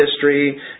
history